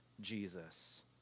Jesus